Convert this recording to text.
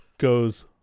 Goes